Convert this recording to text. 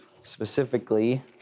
specifically